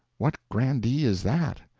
what grandee is that?